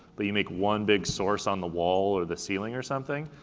but you make one big source on the wall or the ceiling or something,